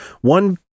one